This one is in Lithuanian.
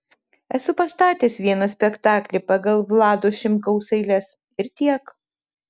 esu pastatęs vieną spektaklį pagal vlado šimkaus eiles ir tiek